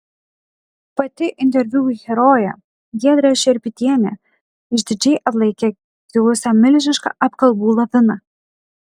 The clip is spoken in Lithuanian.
pati interviu herojė giedrė šerpytienė išdidžiai atlaikė kilusią milžinišką apkalbų laviną